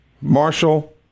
Marshall